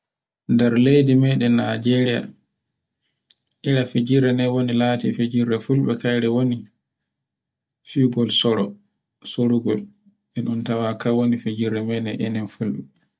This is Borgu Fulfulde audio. Nder leydi meɗen Najeriya, ira fijirde nde wona lati fijirde fulɓe kayre woni, fikol soro, sorugol e ɗun tawa kan woni fijirde meɗen enan fulɓe.